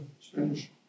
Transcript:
Spanish